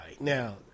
Now –